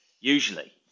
usually